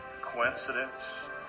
coincidence